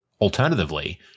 Alternatively